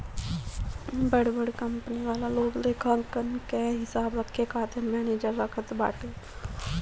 बड़ बड़ कंपनी वाला लोग लेखांकन कअ हिसाब रखे खातिर मनेजर रखत बाटे